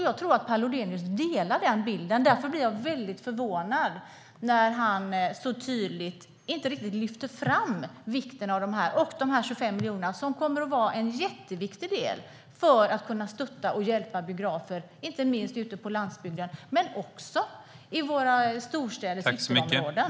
Jag tror att Per Lodenius delar den bilden, och därför blir jag väldigt förvånad när han inte riktigt lyfter fram vikten av de här biograferna och de 25 miljoner som kommer att vara en jätteviktig del för att kunna stötta och hjälpa biografer inte minst ute på landsbygden men också i våra storstadsområden.